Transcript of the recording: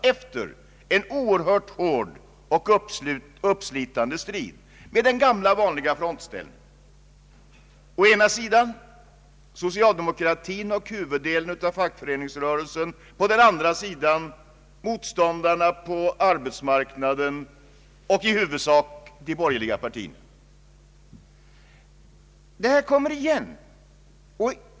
Det skedde efter en oerhört hård och uppslitande strid med den gamla vanliga frontställningen: å ena sidan socialdemokratin och huvuddelen av fackföreningsrörelsen, å andra sidan fackföreningsrörelsens motståndare på arbetsmarknaden och de borgerliga partierna. Detta kommer igen.